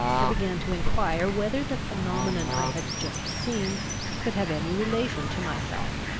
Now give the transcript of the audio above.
i began to enquire whether the phenomenon i had just seen could have any relation to myself.